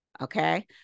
Okay